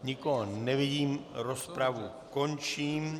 Nikoho nevidím, rozpravu končím.